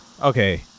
okay